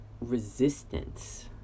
resistance